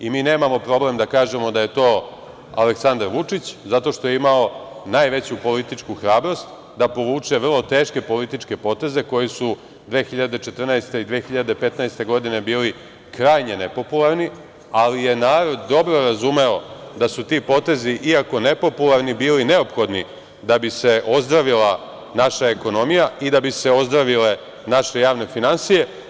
Mi nemamo problem da kažem da je to Aleksandar Vučić, zato što imamo najveću političku hrabrost da povuče vrlo teške političke poteze koji su 2014. i 2015. godine bili krajnje nepopularni, ali je narod dobro razumeo da su ti potezi, iako nepopularni, bili neophodni da bi se ozdravila naša ekonomija i da bi se ozdravile naše javne finansije.